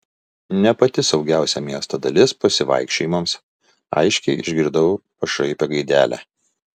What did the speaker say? ne pati saugiausia miesto dalis pasivaikščiojimams aiškiai išgirdau pašaipią gaidelę